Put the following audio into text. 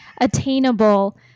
attainable